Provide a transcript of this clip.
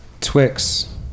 Twix